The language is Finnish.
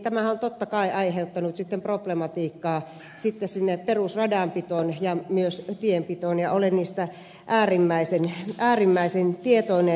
tämähän on totta kai aiheuttanut sitten problematiikkaa sinne perusradanpitoon ja myös tienpitoon ja olen siitä äärimmäisen tietoinen